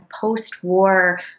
post-war